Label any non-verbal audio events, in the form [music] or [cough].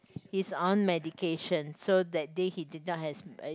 he's on medication so that day he did not has [noise]